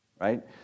right